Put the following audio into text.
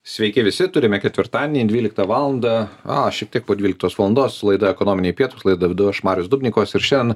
sveiki visi turime ketvirtadienį dvyliktą valandą a šiek tiek po dvyliktos valandos laida ekonominiai pietūs laidą vedu aš marius dubnikovas ir šiandien